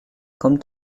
kommt